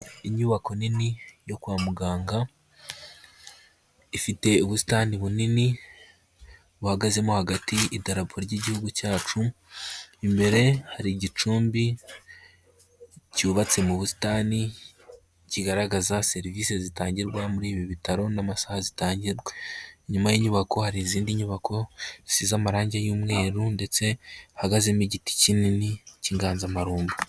Inyubako nini yo kwa muganga, ifite ubusitani bunini buhagazemo hagati idarapo ry'igihugu cyacu, imbere hari igicumbi cyubatse mu busitani kigaragaza serivisi zitangirwa muri ibi bitaro n'amasaha zitangirwa. Inyuma y'inyubako hari izindi nyubako zisize amarangi y'umweru ndetse hahagazemo igiti kinini cy'inganzamarumbu.